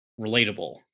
relatable